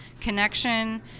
connection